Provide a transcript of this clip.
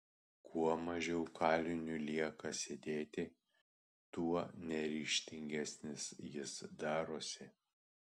kuo mažiau kaliniui lieka sėdėti tuo neryžtingesnis jis darosi